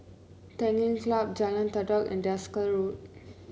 Tanglin Club Jalan Todak and Desker Road